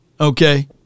Okay